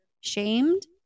shamed